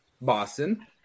Boston